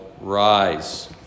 rise